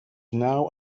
now